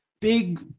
big